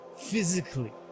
physically